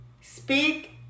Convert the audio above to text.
speak